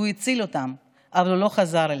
והוא הציל אותם אבל לא חזר אלינו.